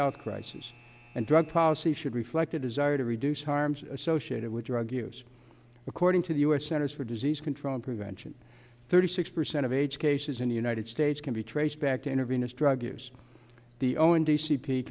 health crisis and drug policy should reflect a desire to reduce harms associated with drug use according to the u s centers for disease control and prevention thirty six percent of age cases in the united states can be traced back to intervene its drug use the own d c p